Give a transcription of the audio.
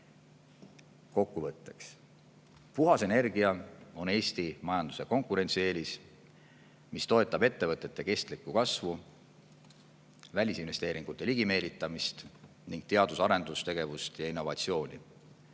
Kokkuvõtteks. Puhas energia on Eesti majanduse konkurentsieelis, mis toetab ettevõtete kestlikku kasvu, välisinvesteeringute ligimeelitamist ning teadus-arendustegevust ja innovatsiooni.